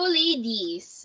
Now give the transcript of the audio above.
ladies